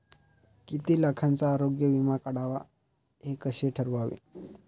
किती लाखाचा आरोग्य विमा काढावा हे कसे ठरवावे?